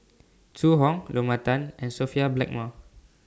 Zhu Hong Lorna Tan and Sophia Blackmore